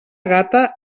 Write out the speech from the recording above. gata